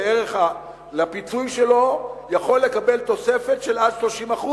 לפיצוי שלו יכול לקבל תוספת של עד 30%,